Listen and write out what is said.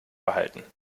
behalten